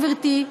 גברתי,